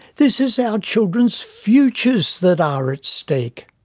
this is our children's futures that are at stake.